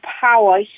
power